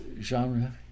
genre